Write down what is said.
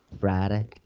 Friday